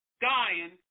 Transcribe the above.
dying